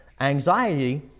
anxiety